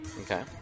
okay